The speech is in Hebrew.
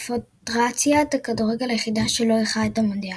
כקונפדרציית הכדורגל היחידה שלא אירחה את המונדיאל.